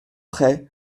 près